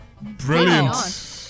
Brilliant